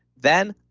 then,